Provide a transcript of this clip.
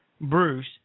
Bruce